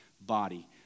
body